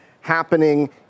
happening